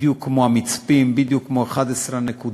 בדיוק כמו המצפים, בדיוק כמו 11 הנקודות,